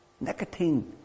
Nicotine